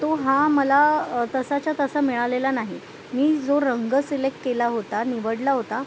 तो हा मला तसाच्या तसा मिळालेला नाही मी जो रंग सिलेक्ट केला होता निवडला होता